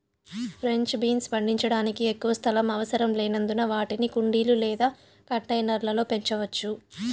French beans పండించడానికి ఎక్కువ స్థలం అవసరం లేనందున వాటిని కుండీలు లేదా కంటైనర్ల లో పెంచవచ్చు